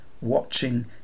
watching